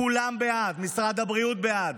כולם בעד: משרד הבריאות בעד,